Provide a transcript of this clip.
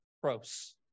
pros